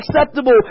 acceptable